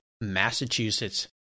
Massachusetts